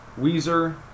Weezer